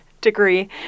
degree